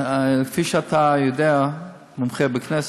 כפי שאתה יודע, מומחה בכנסת,